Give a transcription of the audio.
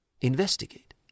Investigate